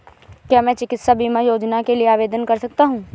क्या मैं चिकित्सा बीमा योजना के लिए आवेदन कर सकता हूँ?